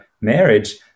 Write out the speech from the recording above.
marriage